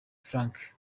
frank